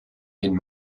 den